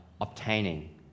obtaining